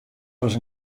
ris